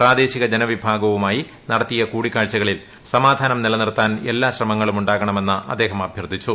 പ്രാദേശിക ജനവിഭാഗവുമായി നടത്തിയ കൂടിക്കാഴ്ചകളിൽ സമാധാനം നിലനിർത്താൻ എല്ലാ ശ്രമങ്ങളും ഉണ്ടാകണമെന്ന് അദ്ദേഹം അഭ്യർത്ഥിച്ചു